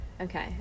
okay